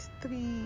three